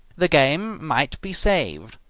the game might be saved.